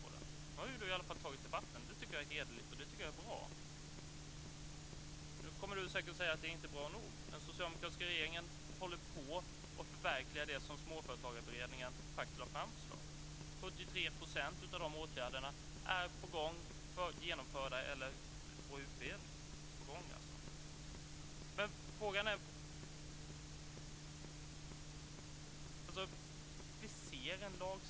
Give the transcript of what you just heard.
Men Elver Jonsson har i alla fall tagit en debatt, och det tycker jag är hederligt och bra. Elver Jonsson kommer att säga att det inte är nog, men den socialdemokratiska regeringen håller på att förverkliga de förslag som Småföretagarberedningen lade fram. 73 % av de åtgärderna är på gång, genomförda eller utreds. Vi ser hur lagstiftningen fungerar.